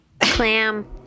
Clam